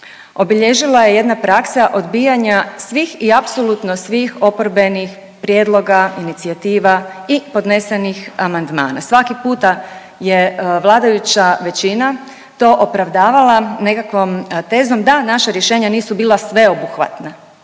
obilježila je jedna praksa odbijanja svih i apsolutno svih oporbenih prijedloga, inicijativa i podnesenih amandmana. Svaki puta je vladajuća većina to opravdavala nekakvom tezom da naša rješenja nisu bila sveobuhvatna.